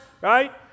right